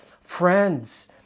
friends